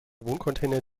wohncontainer